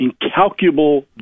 incalculable